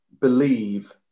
believe